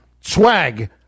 swag